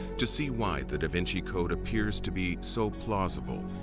to see why the da vinci code appears to be so plausible,